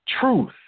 truth